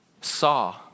saw